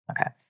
okay